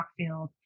Rockfield